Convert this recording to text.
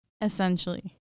Essentially